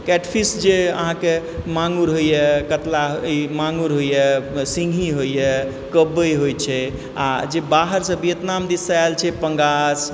catfish जे अहाँके माँगुर होइए कतला ई माँगुर होइए सिंगही होइए कबइ होइत छै आ जे बाहरसँ वियतनाम दिशसँ आयल छै पंगास